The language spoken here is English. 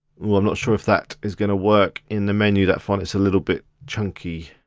i'm not sure if that is gonna work in the menu, that font is a little bit chunky.